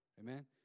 Amen